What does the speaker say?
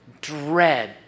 dread